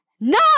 No